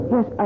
Yes